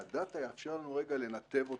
והדאטה יאפשר לנו לנתב אוטובוסים.